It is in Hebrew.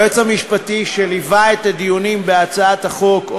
ליועץ המשפטי שליווה את הדיונים בהצעת החוק,